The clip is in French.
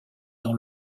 dans